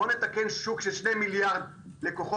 לא נתקן שוק של 2 מיליארד לקוחות,